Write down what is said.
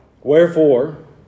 Wherefore